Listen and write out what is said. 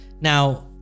Now